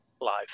live